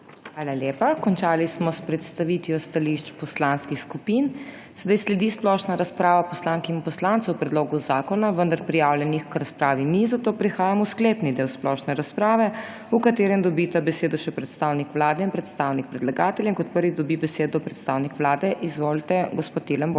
Hvala lepa. Končali smo s predstavitvijo stališč poslanskih skupin. Sedaj sledi splošna razprava poslank in poslancev k predlogu zakona. Prijavljenih k razpravi ni, zato prehajamo v sklepni del splošne razprave, v katerem dobita besedo še predstavnik Vlade in predstavnik predlagatelja. Prvi dobi besedo predstavnik Vlade. Izvolite, gospod Tilen Božič.